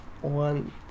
one